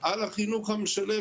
על החינוך המשלב,